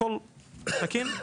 הכל תקין,